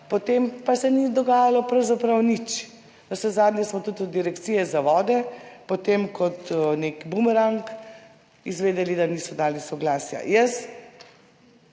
potem pa se ni dogajalo pravzaprav nič. Navsezadnje smo tudi od Direkcije za vode potem kot nek bumerang izvedeli, da niso dali soglasja.